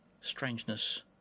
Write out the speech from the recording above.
Strangeness